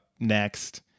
next